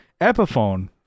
Epiphone